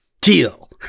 Teal